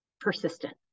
persistent